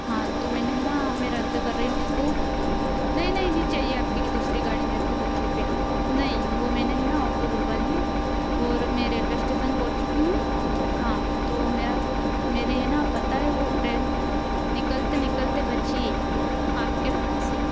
हाँ तो मैंने है ना मैं रद्द कर रही हूँ उसको नहीं नहीं नहीं चाहिए आपकी की दूसरी गाड़ी मेरे को बुकिंग पर नहीं वो मैंने है ना ऑटो बुलवा लिए ओर मैं रेलवे स्टेशन पहुँच चुकी हूँ हाँ तो मेरा मेरी है ना पता है वो ट्रेन निकलते निकलते बची आपके भरोसे